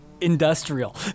Industrial